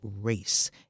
race